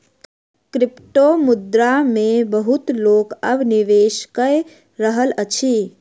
क्रिप्टोमुद्रा मे बहुत लोक अब निवेश कय रहल अछि